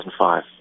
2005